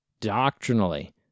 Doctrinally